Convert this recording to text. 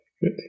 good